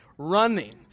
running